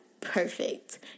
perfect